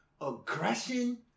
aggression